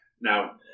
Now